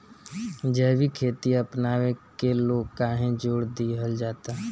जैविक खेती अपनावे के लोग काहे जोड़ दिहल जाता?